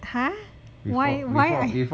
ha why why I